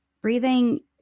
Breathing